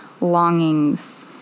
longings